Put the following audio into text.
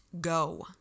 go